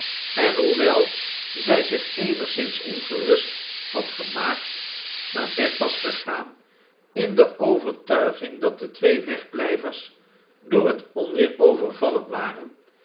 en hoewel zij zich eenigszins ongerust had gemaakt naar bed was gegaan in de overtuiging dat de twee wegblijvers door het onweer overvallen waren